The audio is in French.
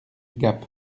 gap